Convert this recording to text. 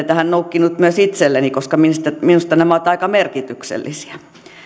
tähän noukkinut myös itselleni koska minusta nämä ovat aika merkityksellisiä